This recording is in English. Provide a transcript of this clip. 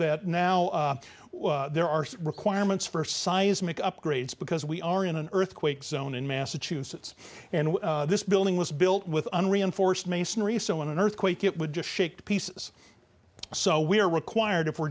that now well there are requirements for seismic upgrades because we are in an earthquake zone in massachusetts and this building was built with unreinforced masonry so in an earthquake it would just shake to pieces so we are required if we're